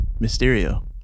Mysterio